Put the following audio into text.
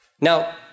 Now